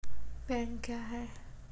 Bank क्या हैं?